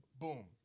boom